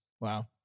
Wow